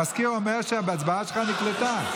המזכיר אומר שההצבעה שלך נקלטה.